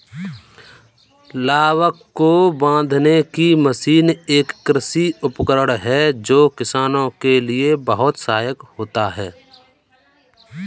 लावक को बांधने की मशीन एक कृषि उपकरण है जो किसानों के लिए बहुत सहायक होता है